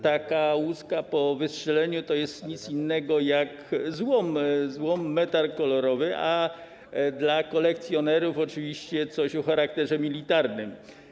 Taka łuska po wystrzeleniu to jest nic innego jak złom, metal kolorowy, a dla kolekcjonerów oczywiście coś o charakterze militarnym.